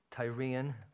Tyrian